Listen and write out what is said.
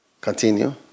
Continue